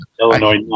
illinois